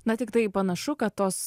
na tiktai panašu kad tos